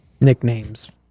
nicknames